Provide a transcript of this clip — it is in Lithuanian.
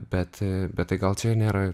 bet bet tai gal čia nėra